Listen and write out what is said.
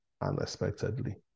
unexpectedly